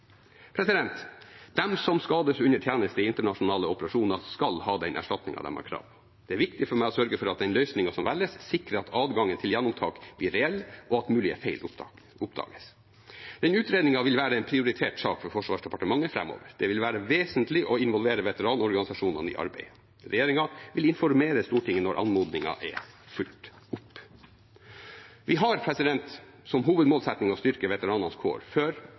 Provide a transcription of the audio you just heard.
som skades under tjeneste i internasjonale operasjoner, skal ha den erstatningen de har krav på. Det er viktig for meg å sørge for at den løsningen som velges, sikrer at adgangen til gjenopptakelse blir reell, og at mulige feil oppdages. Denne utredningen vil være en prioritert sak for Forsvarsdepartementet framover. Det vil være vesentlig å involvere veteranorganisasjonene i arbeidet. Regjeringen vil informere Stortinget når anmodningen er fulgt opp. Vi har som hovedmålsetting å styrke veteranenes kår før,